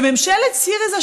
וממשלת סיריזה,